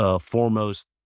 foremost